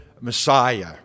Messiah